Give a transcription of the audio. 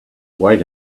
wait